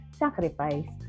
sacrifice